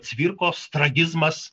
cvirkos tragizmas